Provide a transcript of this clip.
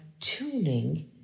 tuning